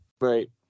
Right